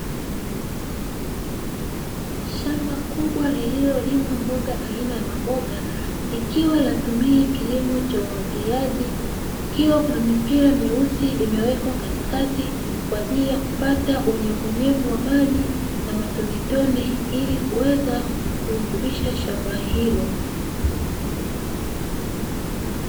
Shamba kubwa lililolimwa mboga aina ya maboga, likiwa linatumia kilimo cha umwagiliaji, kukiwa kuna mipira meusi imewekewa katikati kwa ajili ya kupata unyevuunyevu wa maji na matonetone ili kuweza kurutubisha shamba hilo.